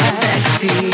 sexy